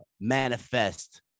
manifest